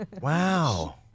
Wow